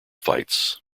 fights